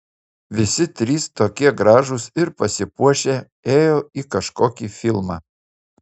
visi trys tokie gražūs ir pasipuošę ėjo į kažkokį filmą